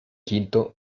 quinto